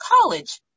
college